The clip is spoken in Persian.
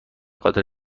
خاطر